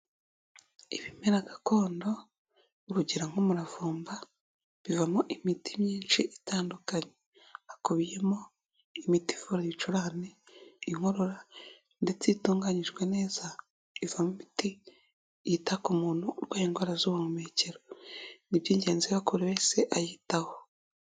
Ibimera gakondo urugero nk'umuravumba bivamo imiti myinshi itandukanye, hakubiyemo imiti ivura ibicurane, inkorora ndetse iyo itunganyijwe neza ivamo imiti yita ku muntu urwaye indwara z'ubuhumekero, ni iby'ingenzi rero ko buri wese ayitaho.